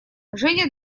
женя